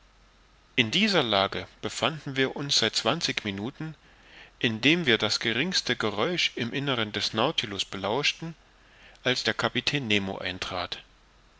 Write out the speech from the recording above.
in dieser lage befanden wir uns seit zwanzig minuten indem wir das geringste geräusch im inneren des nautilus belauschten als der kapitän nemo eintrat